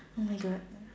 oh my god